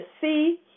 see